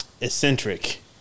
eccentric